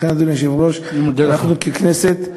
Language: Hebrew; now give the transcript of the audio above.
לכן, אדוני היושב-ראש, אנחנו, ככנסת,